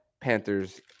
Panthers